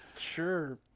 Sure